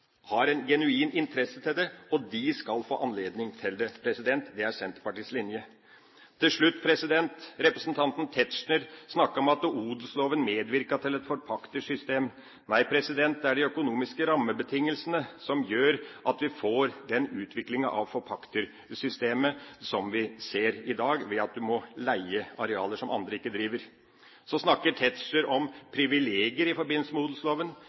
har en genuin interesse av det, og de skal få anledning til det. Det er Senterpartiets linje. Til slutt: Representanten Tetzschner snakket om at odelsloven medvirker til et forpaktersystem. Nei, det er de økonomiske rammebetingelsene som gjør at vi får den utviklingen av forpaktersystemet som vi ser i dag ved at du må leie arealer som andre ikke driver. Så snakket representanten Tetzschner om «privilegier» i forbindelse med odelsloven,